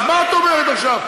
אז מה את אומרת עכשיו,